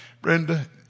Brenda